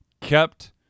kept